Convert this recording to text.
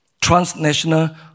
transnational